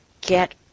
get